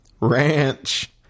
ranch